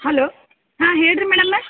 hello ಹಾಂ ಹೇಳಿರಿ madam